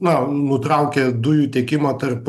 na nutraukė dujų tiekimą tarp